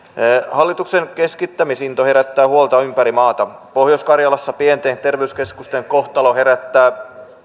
hallituksen keskittämisinto herättää huolta ympäri maata pohjois karjalassa pienten terveyskeskusten kohtalo herättää